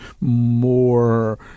more